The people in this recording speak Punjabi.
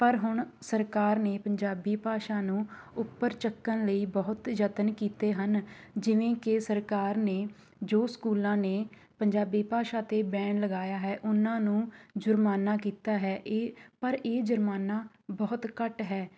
ਪਰ ਹੁਣ ਸਰਕਾਰ ਨੇ ਪੰਜਾਬੀ ਭਾਸ਼ਾ ਨੂੰ ਉੱਪਰ ਚੱਕਣ ਲਈ ਬਹੁਤ ਯਤਨ ਕੀਤੇ ਹਨ ਜਿਵੇਂ ਕਿ ਸਰਕਾਰ ਨੇ ਜੋ ਸਕੂਲਾਂ ਨੇ ਪੰਜਾਬੀ ਭਾਸ਼ਾ 'ਤੇ ਬੈਨ ਲਗਾਇਆ ਹੈ ਉਹਨਾਂ ਨੂੰ ਜੁਰਮਾਨਾ ਕੀਤਾ ਹੈ ਇਹ ਪਰ ਇਹ ਜੁਰਮਾਨਾ ਬਹੁਤ ਘੱਟ ਹੈ